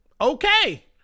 okay